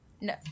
No